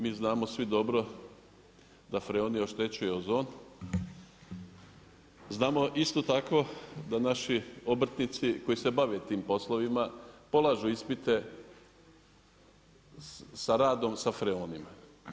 Mi znamo svi dobro da freon oštećuje ozon, znamo isto tako da naši obrtnici koji se bave tim poslovima polažu ispite sa radom sa freonima.